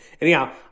Anyhow